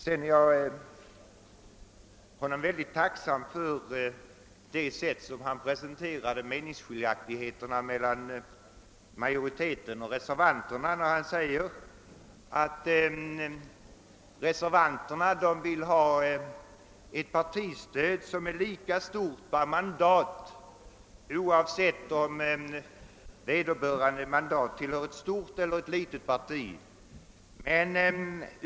Sedan vill jag säga att jag är honom tacksam för det sätt, på vilket han presenterade meningsskiljaktigheterna mellan utskottsmajoriteten och reservanterna. Han sade att reservanterna vill ha ett partistöd som är lika stort per mandat, oavsett om vederbörande mandat tillhör ett stort eller ett litet parti.